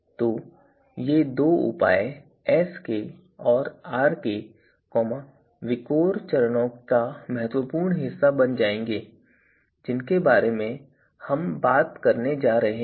तो ये दो उपाय Sk और Rk विकोर चरणों का महत्वपूर्ण हिस्सा बन जाएंगे जिनके बारे में हम बात करने जा रहे हैं